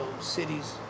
cities